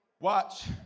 Watch